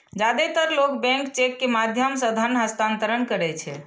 जादेतर लोग bank cheque के माध्यम सं धन हस्तांतरण करै छै